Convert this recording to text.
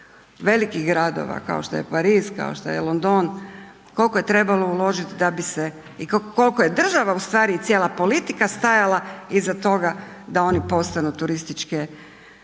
velikih gradova kao što je Pariz, kao što je London, koliko je trebalo uložiti da bi se i koliko je država ustvari i cijela politika stajala iza toga da oni postanu turističke,